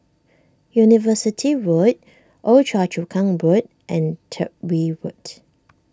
University Road Old Choa Chu Kang Board and Tyrwhitt Road